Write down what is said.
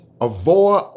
avoid